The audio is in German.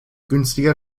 günstiger